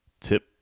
tip